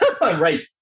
Right